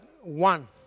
One